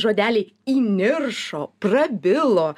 žodeliai įniršo prabilo